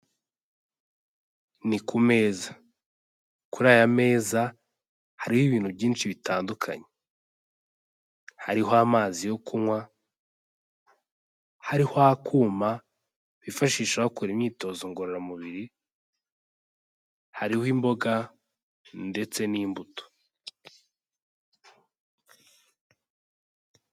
Ni ku meza, kuri aya meza hariho ibintu byinshi bitandukanye. Hariho amazi yo kunywa, hariho akuma bifashisha bakora imyitozo ngororamubiri, hariho imboga ndetse n'imbuto.